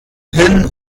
hin